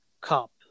cup